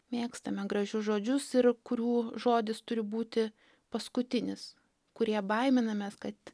mėgstame gražius žodžius ir kurių žodis turi būti paskutinis kurie baiminamės kad